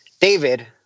David